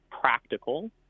practical